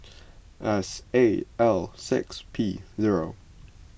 S A L six P zero